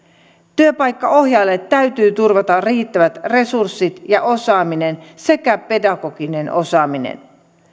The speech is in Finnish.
työpaikkaohjaajalle täytyy turvata riittävät resurssit ja osaaminen sekä pedagoginen osaaminen